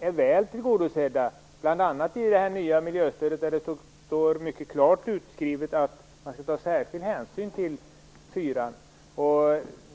är väl tillgodosedda bl.a. i det nya miljöstödet. Där står mycket klart utskrivet att man skall ta särskild hänsyn till område 4.